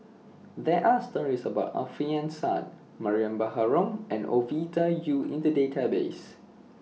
There Are stories about Alfian Sa'at Mariam Baharom and Ovidia Yu in The Database